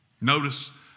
Notice